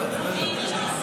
כן, בוודאי, בטח, בטח.